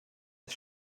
das